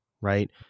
right